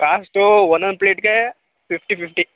cost ಒಂದೊಂದ್ ಪ್ಲೇಟ್ಗೆ fifty fifty